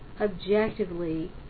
objectively